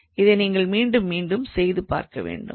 இதை நீங்கள் மீண்டும் மீண்டும் செய்துபார்க்க வேண்டும்